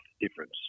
difference